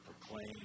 proclaim